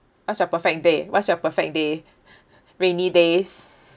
how's your perfect day what's your perfect day rainy days